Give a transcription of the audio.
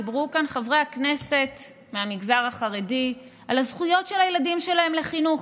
דיברו כאן חברי הכנסת מהמגזר החרדי על הזכויות של הילדים שלהם לחינוך.